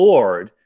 Lord